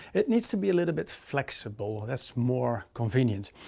it needs to be a little bit flexible. that's more convenient.